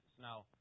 Now